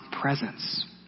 presence